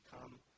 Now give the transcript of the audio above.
come